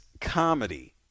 comedy